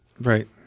Right